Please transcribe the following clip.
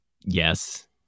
yes